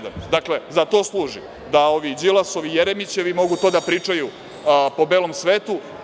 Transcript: Dakle, za to služi da ovi Đilasovi, Jeremićevi mogu to da pričaju po belom svetu.